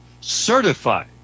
certified